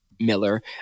Miller